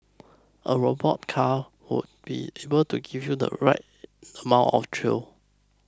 a robot car would be able to give you the right amount of thrill